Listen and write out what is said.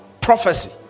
prophecy